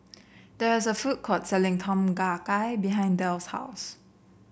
there is a food court selling Tom Kha Gai behind Del's house